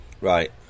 Right